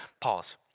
Pause